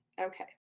Okay